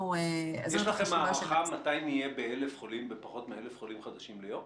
יש לכם הערכה מתי נהיה בפחות מ-1,000 חולים חדשים ליום?